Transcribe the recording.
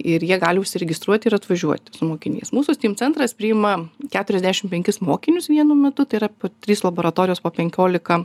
ir jie gali užsiregistruoti ir atvažiuoti su mokiniais mūsų steam centras priima keturiasdešim penkis mokinius vienu metu tai yra po trys laboratorijos po penkiolika